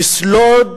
יסלוד